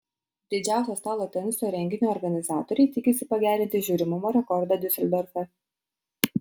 didžiausio stalo teniso renginio organizatoriai tikisi pagerinti žiūrimumo rekordą diuseldorfe